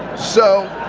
so,